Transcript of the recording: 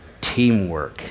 teamwork